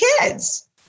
kids